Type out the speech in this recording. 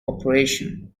operation